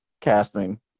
casting